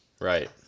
Right